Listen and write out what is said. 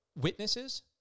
witnesses